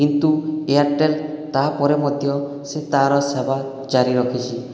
କିନ୍ତୁ ଏୟାରଟେଲ୍ ତା'ପରେ ମଧ୍ୟ ସେ ତା'ର ସେବା ଜାରି ରଖିଛି